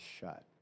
shut